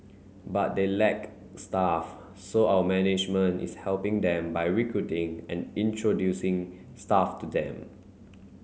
but they lack staff so our management is helping them by recruiting and introducing staff to them